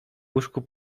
łóżku